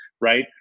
right